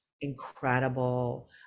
incredible